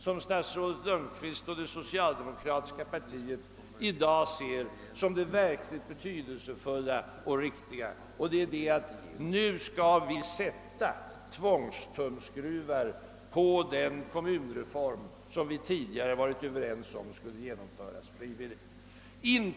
För statsrådet Lundkvist och det socialdemokratiska partiet finns allenast en utväg, och det är att sätta tumskruvarna på den kommunreform som vi tidigare varit överens om skulle genomföras frivilligt.